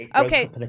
okay